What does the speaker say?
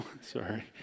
sorry